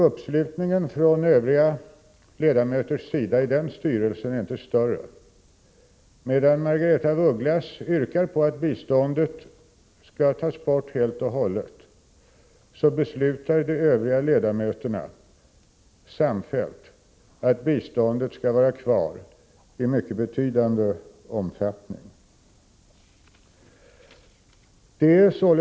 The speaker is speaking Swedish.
Uppslutningen från övriga ledamöters sida i den styrelsen är inte större än att medan Margaretha af Ugglas yrkar på att biståndet skall tas bort helt och hållet, beslutar de övriga ledamöterna samfällt att biståndet skall vara kvar i mycket betydande omfattning.